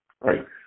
right